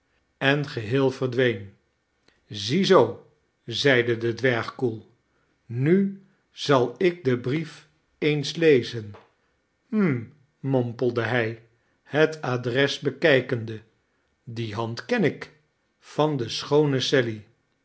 en geheel verdween zie zoo zeide de dwerg koel nu zal ik den brief eens lezen hml mompelde hij het adres bekijkende die hand ken ik van de schoone sally